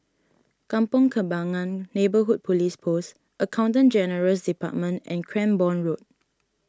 Kampong Kembangan Neighbourhood Police Post Accountant General's Department and Cranborne Road